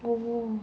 oh